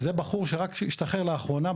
זה בחור שרק השתחרר לאחרונה,